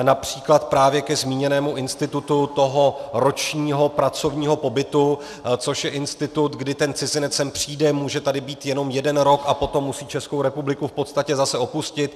Například právě ke zmíněnému institutu toho ročního pracovního pobytu, což je institut, kdy ten cizinec sem přijde, může tady být jenom jeden rok a potom musí ČR v podstatě zase opustit.